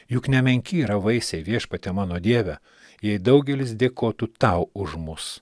juk nemenki yra vaisiai viešpatie mano dieve jei daugelis dėkotų tau už mus